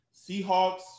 Seahawks